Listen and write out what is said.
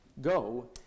Go